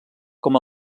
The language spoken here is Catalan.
com